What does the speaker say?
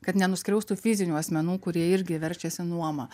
kad nenuskriaustų fizinių asmenų kurie irgi verčiasi nuoma